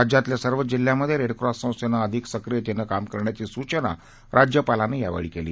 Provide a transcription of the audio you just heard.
राज्यातल्या सर्वच जिल्ह्यांमध्ये रेड क्रॉस संस्थेनं अधिक सक्रियतेनं काम करण्याची सूचना राज्यपालांनी यावेळी केली